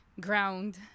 ground